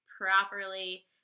properly